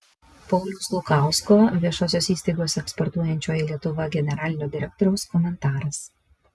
pauliaus lukausko všį eksportuojančioji lietuva generalinio direktoriaus komentaras